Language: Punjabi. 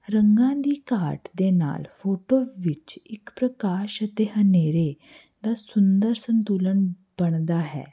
ਰੰਗਾਂ ਦੀ ਘਾਟ ਦੇ ਨਾਲ ਫੋਟੋ ਵਿੱਚ ਇੱਕ ਪ੍ਰਕਾਸ਼ ਅਤੇ ਹਨੇਰੇ ਦਾ ਸੁੰਦਰ ਸੰਤੁਲਨ ਬਣਦਾ ਹੈ